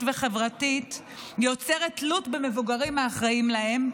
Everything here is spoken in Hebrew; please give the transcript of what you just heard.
וחברתית יוצרת תלות במבוגרים האחראים להם,